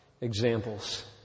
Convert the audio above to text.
examples